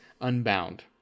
unbound